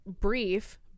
brief